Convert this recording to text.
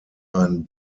ein